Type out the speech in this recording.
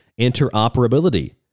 interoperability